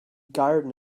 garden